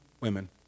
women